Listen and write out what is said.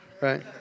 Right